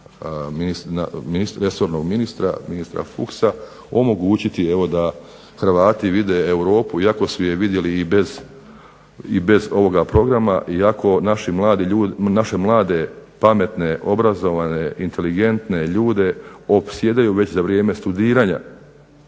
resornog ministra, ministra Fuchsa, omogućiti evo da Hrvati vide Europu iako su je vidjeli i bez ovoga programa, iako naše mlade, pametne, obrazovane, inteligentne ljude opsjedaju već za vrijeme studiranja